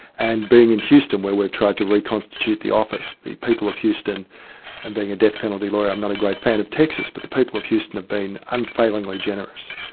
and being in houston, where we've tried to reconstitute the office, the people of houston and being a death penalty lawyer, i'm not a great fan of texas, but the people of houston have been unfailing like generous.